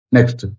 Next